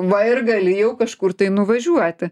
va ir galėji jau kažkur tai nuvažiuoti